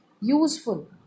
useful